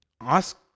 ask